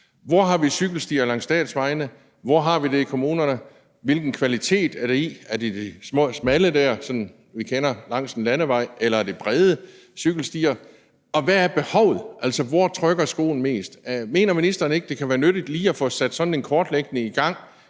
Hvor har vi cykelstier langs statsvejene? Hvor har vi det i kommunerne? Hvilken kvalitet er de i – er det de der smalle, som vi kender langs landevejene, eller er det brede cykelstier? Og hvad er behovet? Altså, hvor trykker skoen mest? Mener ministeren ikke, det kan være nyttigt lige at få sat sådan en kortlægning i gang,